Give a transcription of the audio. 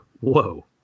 whoa